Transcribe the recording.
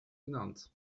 benannt